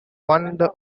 one